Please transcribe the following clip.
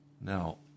Now